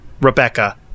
Rebecca